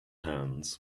hands